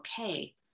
okay